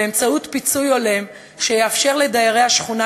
באמצעות פיצוי הולם שיאפשר לדיירי השכונה,